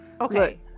okay